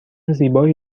زیبایی